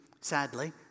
Sadly